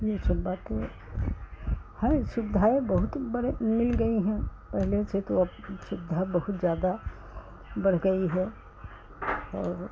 यह सब बातें हैं सुविधाएँ बहुत बड़ी मिल गई हैं पहले से तो अब सुविधा बहुत ज़्यादा बढ़ गई है और